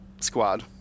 squad